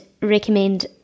recommend